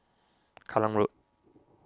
Kallang Road